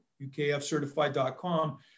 UKFcertified.com